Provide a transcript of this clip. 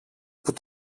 που